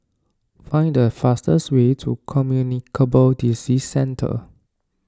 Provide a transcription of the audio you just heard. find the fastest way to Communicable Disease Centre